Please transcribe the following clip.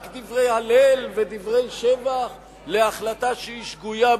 רק דברי הלל ודברי שבח להחלטה שהיא שגויה,